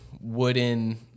wooden